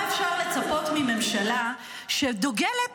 למה אפשר לצפות מממשלה שדוגלת,